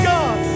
God